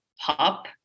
pop